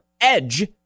edge